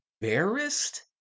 embarrassed